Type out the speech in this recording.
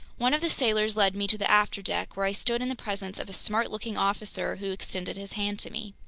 one of the sailors led me to the afterdeck, where i stood in the presence of a smart-looking officer who extended his hand to me.